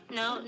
no